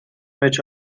which